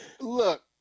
look